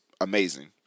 Amazing